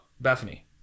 Bethany